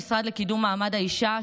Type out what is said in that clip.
המשרד לקידום מעמד האישה,